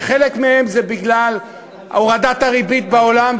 וחלק מהם זה בגלל הורדת הריבית בעולם,